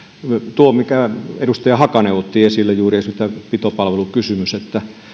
tuo minkä edustaja hakanen otti esille esimerkiksi juuri tämä pitopalvelukysymys